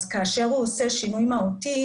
כאשר הוא עושה שינוי מהותי,